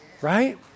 Right